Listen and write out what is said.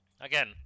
Again